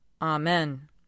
Amen